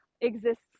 exists